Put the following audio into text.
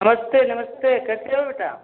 नमस्ते नमस्ते कैसे हो बेटा